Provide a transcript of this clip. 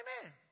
Amen